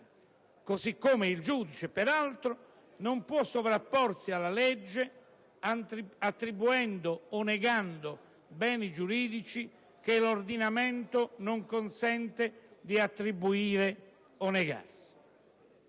così come il giudice non può sovrapporsi alla legge, attribuendo o negando beni giuridici che l'ordinamento non consente di attribuire o di negare».